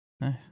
Nice